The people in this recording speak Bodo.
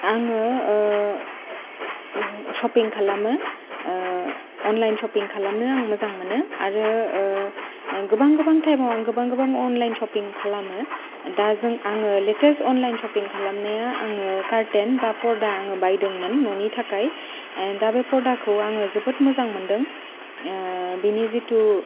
आङो ओ शपिं खालामो ओ अनलाइन शपिं खालामनो आं मोजां मोनो आरो गोबां गोबां टाइमाव आं गोबां गोबां अनलाइन शपिं खालामो दा आङो लेटेस्ट अनलाइन शपिं खालामनाया आङो कारटैन बा परदा आङो बायदोंमोन न'नि थाखाय दा बे परदाखौ आङो जोबोद मोजां मोनदों ओ बिनि जिथु